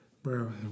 Bro